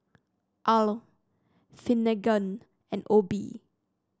Al Finnegan and Obe